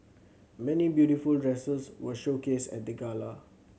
many beautiful dresses were showcased at the gala